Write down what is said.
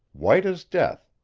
white as death,